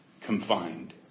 confined